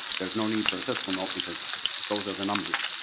there's no need for fiscal note because those are the numbers.